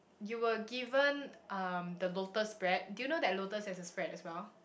you were given um the lotus spread do you know that lotus has a spread as well